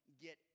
get